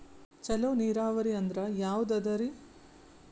ಚಲೋ ನೀರಾವರಿ ಅಂದ್ರ ಯಾವದದರಿ?